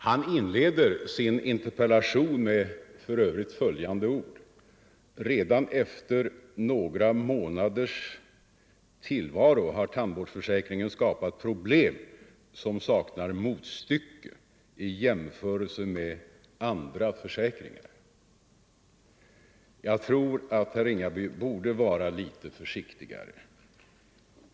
Han inleder för övrigt sin interpellation med följande ord: ”Redan efter några månaders tillvaro har tandvårdsförsäkringen skapat problem som saknar motstycke i jämförelse med andra socialförsäkringar.” Jag tror att herr Ringaby borde vara litet försiktigare.